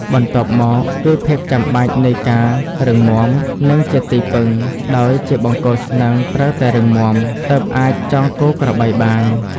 បន្ទាប់មកគឺ ភាពចាំបាច់នៃការរឹងមាំ និងជាទីពឹង ដោយជាបង្គោលស្នឹងត្រូវតែរឹងមាំ ទើបអាចចងគោក្របីបាន។